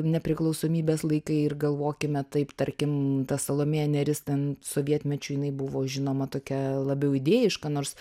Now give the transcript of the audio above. nepriklausomybės laikai ir galvokime taip tarkim ta salomėja nėris ten sovietmečiu jinai buvo žinoma tokia labiau idėjiška nors